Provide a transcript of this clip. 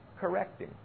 correcting